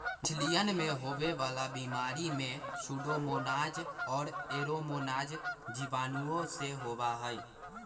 मछलियन में होवे वाला बीमारी में सूडोमोनाज और एयरोमोनास जीवाणुओं से होबा हई